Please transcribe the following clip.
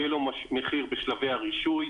יהיה לו מחיר בשלבי הרישוי,